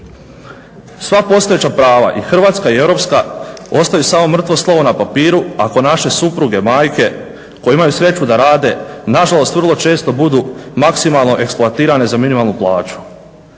Sva postojeća prava i hrvatska i europska ostaju samo mrtvo slovo na papiru ako naše supruge, majke koje imaju sreću da rade nažalost vrlo često budu maksimalno eksploatirane za minimalnu plaću.